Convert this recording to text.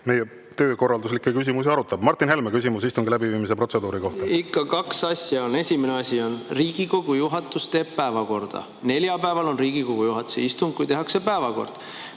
meie töökorralduslikke küsimusi arutab. Martin Helme, küsimus istungi läbiviimise protseduuri kohta. Ikka on kaks asja. Esimene asi: Riigikogu juhatus teeb päevakorda. Neljapäeval on Riigikogu juhatuse istung, tehakse päevakord.